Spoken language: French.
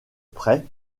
près